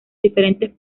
diferentes